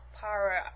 power